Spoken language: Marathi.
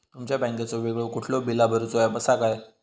तुमच्या बँकेचो वेगळो कुठलो बिला भरूचो ऍप असा काय?